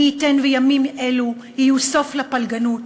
מי ייתן וימים אלו יהיו סוף לפלגנות,